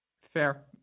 Fair